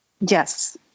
Yes